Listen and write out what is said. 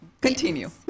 continue